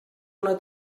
una